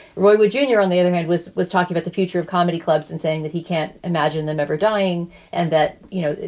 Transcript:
roy junior, on the other hand, was was talking about the future of comedy clubs and saying that he can't imagine them ever dying and that, you know,